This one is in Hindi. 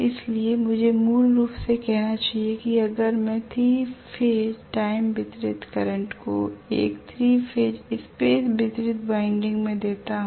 इसलिए मुझे मूल रूप से कहना चाहिए कि अगर मैं 3 फेज टाइम वितरित करंट को एक 3 फेज स्पेस वितरित वाइंडिंग में देता हूं